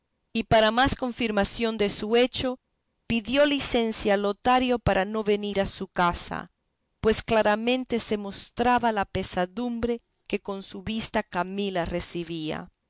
y para más confirmación de su hecho pidió licencia lotario para no venir a su casa pues claramente se mostraba la pesadumbre que con su vista camila recebía